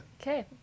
Okay